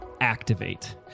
Activate